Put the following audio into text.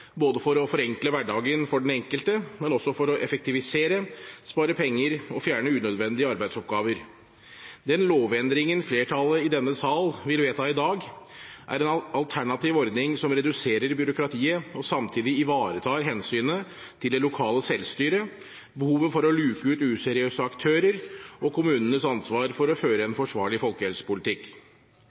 både for å forenkle hverdagen for den enkelte, og også for å effektivisere, spare penger og fjerne unødvendige arbeidsoppgaver. Den lovendringen flertallet i denne sal vil vedta i dag, er en alternativ ordning som reduserer byråkratiet og samtidig ivaretar hensynet til det lokale selvstyret, behovet for å luke ut useriøse aktører og kommunenes ansvar for å føre en forsvarlig folkehelsepolitikk.